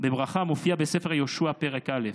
בברכה המופיעה בספר יהושע פרק א':